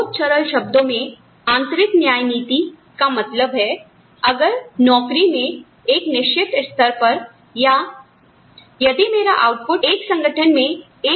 बहुत सरल शब्दों में आंतरिक न्याय नीति का मतलब है अगर नौकरी में एक निश्चित स्तर पर या यदि मेरा आउटपुट एक संगठन में 'A' कहा जाता है